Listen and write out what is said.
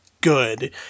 good